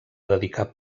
dedicar